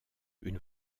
une